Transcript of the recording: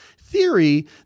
theory